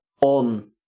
on